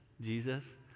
Jesus